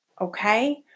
Okay